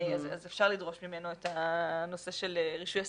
אז אפשר לדרוש ממנו את הנושא של רישוי עסקים.